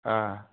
हाँ